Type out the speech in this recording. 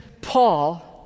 Paul